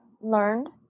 learned